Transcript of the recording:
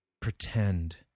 pretend